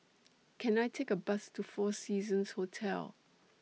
Can I Take A Bus to four Seasons Hotel